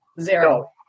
Zero